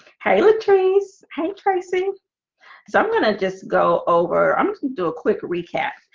hey latrice, hey tracey so i'm gonna just go over i'm gonna do a quick recap.